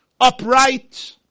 upright